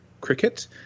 cricket